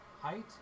Height